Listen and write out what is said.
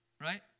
right